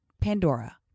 pandora